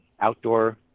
outdoor